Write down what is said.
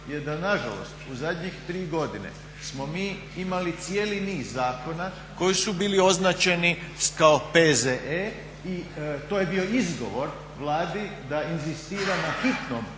je da nažalost u zadnjih tri godine smo mi imali cijeli niz zakona koji su bili označeni kao P.Z.E. i to je bio izgovor Vladi da inzistira na hitnom